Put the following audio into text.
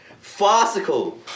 Farcical